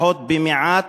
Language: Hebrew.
לפחות במעט,